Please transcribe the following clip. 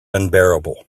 unbearable